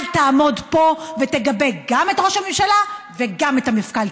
אל תעמוד פה ותגבה גם את ראש הממשלה וגם את המפכ"ל,